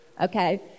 okay